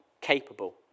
capable